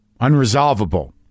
unresolvable